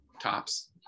tops